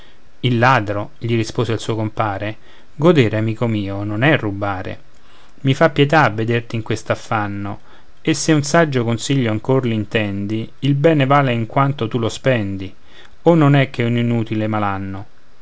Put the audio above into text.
il ladro gli rispose il suo compare godere amico mio non è rubare i fa pietà vederti in quest'affanno e se un saggio consiglio ancor l'intendi il bene vale in quanto tu lo spendi o non è che un inutile malanno